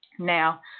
Now